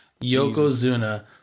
Yokozuna